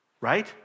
right